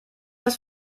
das